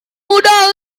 muda